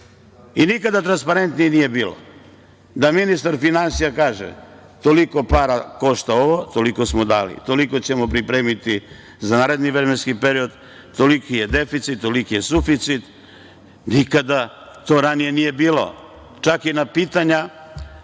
I nikada transparentnije nije bilo. Da ministar finansija kaže – toliko para košta ovo, toliko smo dali, toliko ćemo pripremiti za naredni vremenski period, toliki je deficit, toliki je suficit, nikada to ranije nije bilo. Čak i na pitanja